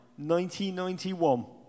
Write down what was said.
1991